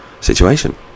situation